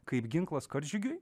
kaip ginklas karžygiui